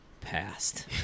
passed